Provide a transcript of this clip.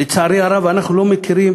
לצערי הרב, אנחנו לא מכירים